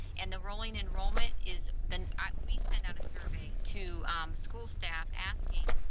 and the rolling enrollment is then we send out a survey to school staff asking